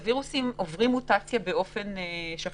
הווירוסים עוברים מוטציות באופן שכיח,